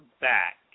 back